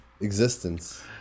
existence